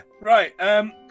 right